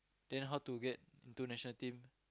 then how to get to national team